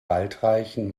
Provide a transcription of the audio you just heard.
waldreichen